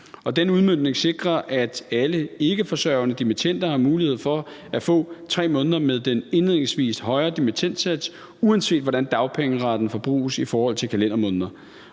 den udmøntning sikrer, at alle ikkeforsørgende dimittender har mulighed for at få 3 måneder med den indledningsvis højere dimittendsats, uanset hvordan dagpengeretten forbruges i forhold til kalendermåneder.